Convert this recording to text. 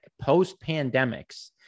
post-pandemics